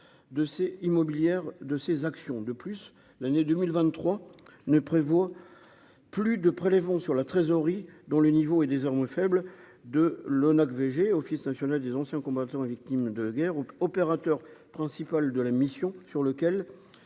de ces actions de plus, l'année 2023 ne prévoit plus de prélèvements sur la trésorerie dont le niveau est désormais faible de l'ONAC VG Office national des anciens combattants et victimes de guerre ou l'opérateur principal de la mission sur lequel